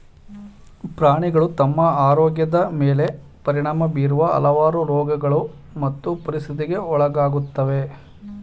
ಪ್ರಾಣಿಗಳು ತಮ್ಮ ಆರೋಗ್ಯದ್ ಮೇಲೆ ಪರಿಣಾಮ ಬೀರುವ ಹಲವಾರು ರೋಗಗಳು ಮತ್ತು ಪರಿಸ್ಥಿತಿಗಳಿಗೆ ಒಳಗಾಗುತ್ವೆ